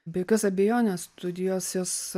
be jokios abejonės studijos jos